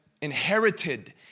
inherited